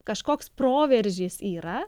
kažkoks proveržis yra